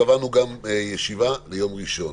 קבענו דיון גם ליום ראשון.